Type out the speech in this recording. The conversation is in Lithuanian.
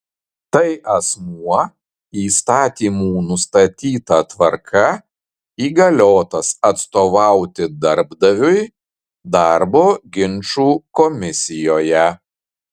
tai asmuo įstatymų nustatyta tvarka įgaliotas atstovauti darbdaviui darbo ginčų komisijoje